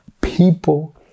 people